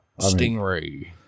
Stingray